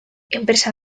enpresa